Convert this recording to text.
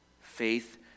Faith